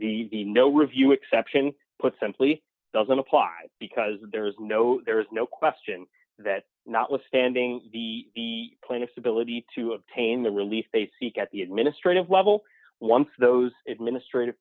the no review exception put simply doesn't apply because there is no there is no question that notwithstanding the plaintiff's ability to obtain the relief they seek at the administrative level once those administrative